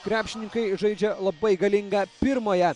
krepšininkai žaidžia labai galingą pirmąją